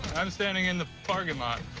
i'm standing in the parking lot.